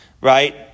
right